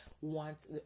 wants